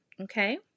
Okay